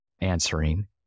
answering